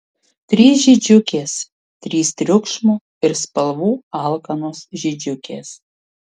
trys žydžiukės trys triukšmo ir spalvų alkanos žydžiukės